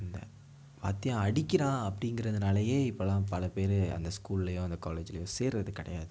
அந்த வாத்தியான் அடிக்கிறான் அப்படிங்கிறதுனாலையே இப்போலாம் பல பேர் அந்த ஸ்கூல்லியோ அந்த காலேஜுலியும் சேர்வது கிடையாது